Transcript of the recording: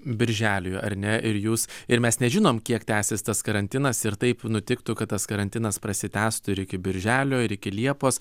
birželiui ar ne ir jūs ir mes nežinom kiek tęsis tas karantinas ir taip nutiktų kad tas karantinas prasitęstų ir iki birželio ir iki liepos